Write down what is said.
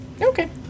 Okay